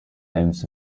owns